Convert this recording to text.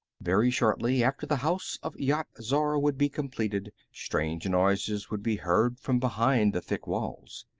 very shortly after the house of yat-zar would be completed, strange noises would be heard from behind the thick walls.